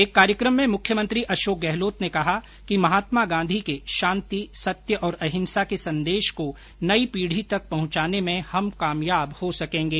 एक कार्यकम में मुख्यमंत्री अशोक गहलोत ने कहा कि महात्मा गांधी के शांति सत्य और अहिंसा के संदेश को नई पीढी तक पहुंचाने में हम कामयाब हो सकेंगे